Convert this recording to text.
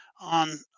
on